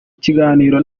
kiganiro